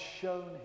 shown